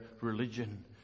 religion